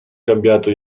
cambiato